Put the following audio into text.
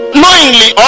knowingly